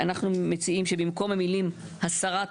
אנחנו מציעים שבמקום המילים "הסרת חסמים"